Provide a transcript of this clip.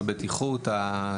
הבטיחות,